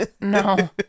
No